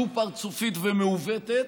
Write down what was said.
דו-פרצופית ומעוותת,